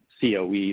COE